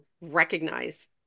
recognize